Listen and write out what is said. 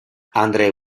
andre